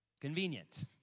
Convenient